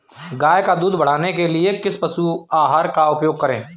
गाय का दूध बढ़ाने के लिए किस पशु आहार का उपयोग करें?